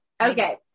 Okay